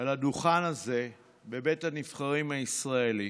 על הדוכן הזה בבית הנבחרים הישראלי